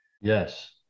Yes